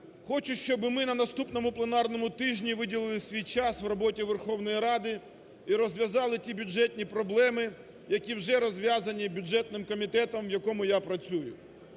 Хочу, щоб ми на наступному пленарному тижні виділили свій час у роботі Верховної Ради і розв'язали ті бюджетні проблеми, які вже розв'язані бюджетним комітетом, в якому я працюю.